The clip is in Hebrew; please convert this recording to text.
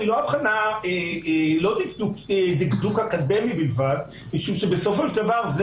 וזו לא אבחנה בדקדוק אקדמי בלבד כי בסופו של דבר,